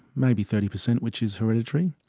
maybe thirty percent, which is hereditary.